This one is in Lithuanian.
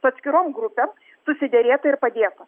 su atskirom grupėm susiderėta ir padėta